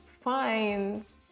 fines